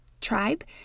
tribe